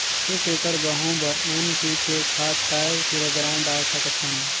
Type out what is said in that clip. एक एकड़ गहूं बर एन.पी.के खाद काय किलोग्राम डाल सकथन?